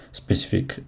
specific